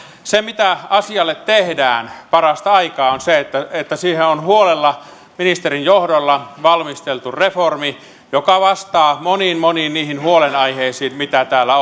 se mitä asialle parastaikaa tehdään on että että siihen on huolella ministerin johdolla valmisteltu reformi joka vastaa moniin moniin niihin huolenaiheisiin mitä täällä